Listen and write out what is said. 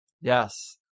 Yes